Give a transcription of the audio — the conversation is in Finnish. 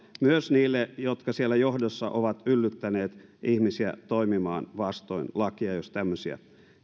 myös niille jotka siellä johdossa ovat yllyttäneet ihmisiä toimimaan vastoin lakia jos tämmöisiä